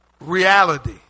reality